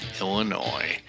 Illinois